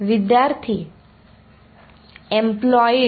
विद्यार्थी एम्पलोयेड